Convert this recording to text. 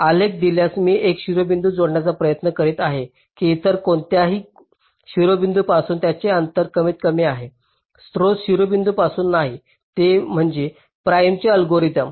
आलेख दिल्यास मी एक शिरोबिंदू जोडण्याचा प्रयत्न करीत आहे की इतर कोणत्याही शिरोबिंदूपासून त्याचे अंतर कमीतकमी कमी आहे स्त्रोत शिरोबिंदूपासून नाही ते म्हणजे प्रिम्सचे अल्गोरिदम